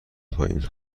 پایین